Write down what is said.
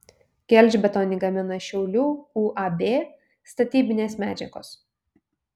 gelžbetonį gamina šiaulių uab statybinės medžiagos